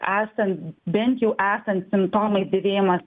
esant bent jau esant simptomui dėvėjimas